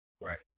right